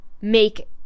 make